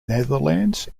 netherlands